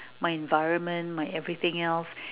my environment my everything else